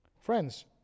Friends